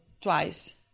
twice